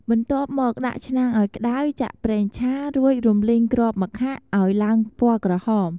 បន្ទាប់មក ដាក់ឆ្នាំងឲ្យក្ដៅ ចាក់ប្រេងឆា រួចរំលីងគ្រាប់ម្ខាក់ឲ្យឡើងពណ៌ក្រហម។